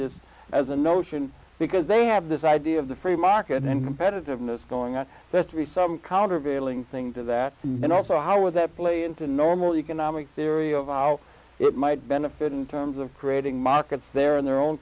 this as a notion because they have this idea of the free market and competitiveness going on to be some countervailing thing to that and also how would that play into normal economic theory of how it might benefit in terms of creating markets there in their own